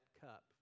cup